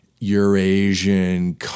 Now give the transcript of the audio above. Eurasian